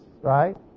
right